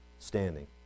Standing